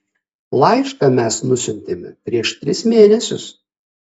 laišką mes nusiuntėme prieš tris mėnesius